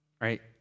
right